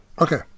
Okay